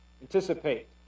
anticipate